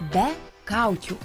be kaukių